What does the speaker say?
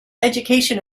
education